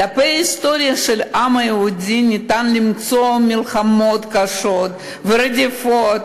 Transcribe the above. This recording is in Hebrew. בדפי ההיסטוריה של העם היהודי ניתן למצוא מלחמות קשות ורדיפות,